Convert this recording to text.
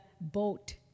boat